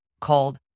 called